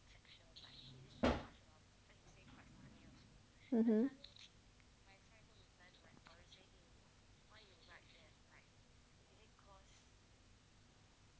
fictional mmhmm